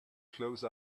close